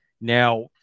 Now